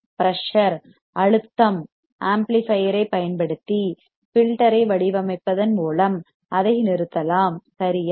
pressure அழுத்தம் ஆம்ப்ளிபையர்ஐப் பயன்படுத்தி ஃபில்டர் ஐ வடிவமைப்பதன் மூலம் அதை நிறுத்தலாம் சரியா